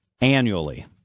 annually